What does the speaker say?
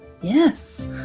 yes